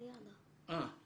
עשית עבודה מצוינת.